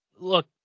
Look